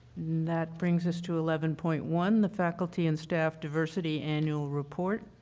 that brings us to eleven point one, the faculty and staff diversity annual report.